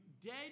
dead